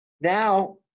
Now